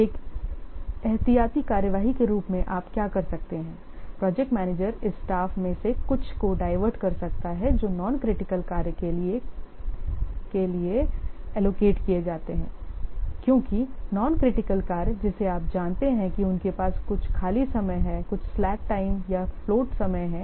एक एहतियाती कार्रवाई के रूप में आप क्या कर सकते हैं प्रोजेक्ट मैनेजर इस स्टाफ में से कुछ को डायवर्ट कर सकता है जो नॉन क्रिटिकल कार्य के लिए कार्य के लिए एलोकेट किए जाते हैं क्योंकि नॉन क्रिटिकल कार्य जिसे आप जानते हैं कि उनके पास कुछ खाली समय है वे कुछ slack समय या फ्लोट समय है